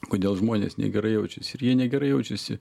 kodėl žmonės negerai jaučiasi ir jie negerai jaučiasi